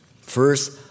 First